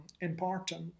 important